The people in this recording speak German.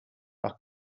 noch